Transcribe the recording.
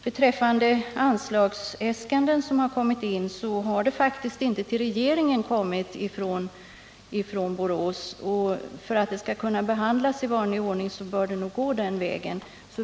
Beträffande frågan om anslagsäskandet vill jag säga att det faktiskt inte kommit någon framställan till regeringen från Borås. För att ärendet skall kunna behandlas i vanlig ordning måste man nog gå den vägen.